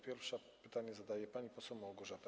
Pierwsza pytanie zadaje pani poseł Małgorzata Chmiel.